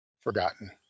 forgotten